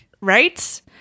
Right